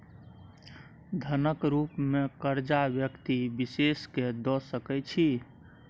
धनक रुप मे करजा व्यक्ति विशेष केँ द सकै छी